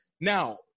Now